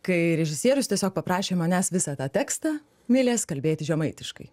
kai režisierius tiesiog paprašė manęs visą tą tekstą milės kalbėti žemaitiškai